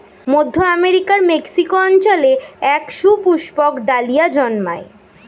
মধ্য আমেরিকার মেক্সিকো অঞ্চলে এক সুপুষ্পক ডালিয়া জন্মায়